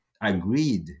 agreed